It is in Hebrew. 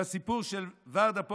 לסיפור של ורדה פומרנץ,